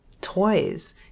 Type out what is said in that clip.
toys